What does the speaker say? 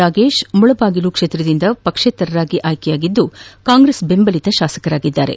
ನಾಗೇಶ್ ಮುಳಬಾಗಿಲು ಕ್ಷೇತ್ರದಿಂದ ಪಕ್ಷೇತರರಾಗಿ ಆಯ್ಕೆಯಾಗಿದ್ದು ಕಾಂಗ್ರೆಸ್ ಬೆಂಬಲಿತ ಶಾಸಕರಾಗಿದ್ದಾರೆ